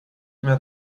mehr